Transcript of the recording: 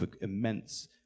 immense